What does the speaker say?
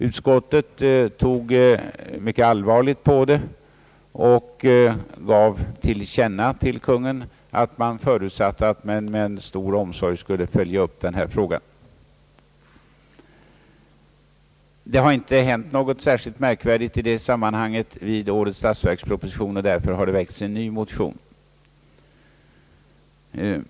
Utskottet tog mycket allvarligt på frågan och gav till känna för Kungl. Maj:t att man förutsatte att denna sak skulle följas upp med verklig omsorg. Det har inte hänt något särskilt märkvärdigt i det hänseendet i årets statsverksproposition, och därför har det väckts en ny motion.